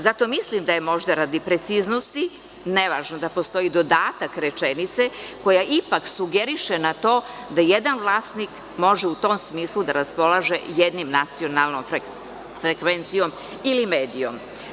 Zato mislim da je možda radi preciznosti nevažno da postoji dodatak rečenice koja ipak sugeriše na to da jedan vlasnik može u tom smislu da raspolaže jednom nacionalnom frekvencijom ili medijem.